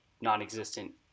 non-existent